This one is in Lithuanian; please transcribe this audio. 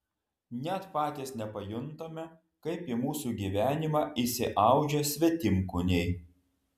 net patys nepajuntame kaip į mūsų gyvenimą įsiaudžia svetimkūniai